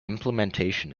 implementation